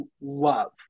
love